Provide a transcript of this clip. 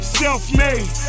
self-made